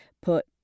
put